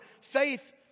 faith